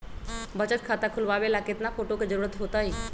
बचत खाता खोलबाबे ला केतना फोटो के जरूरत होतई?